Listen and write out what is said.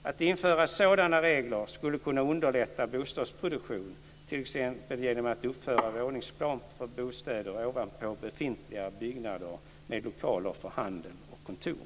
Att införa sådana regler skulle kunna underlätta bostadsproduktion, t.ex. genom att uppföra våningsplan för bostäder ovanpå befintliga byggnader med lokaler för handel och kontor.